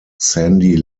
sandy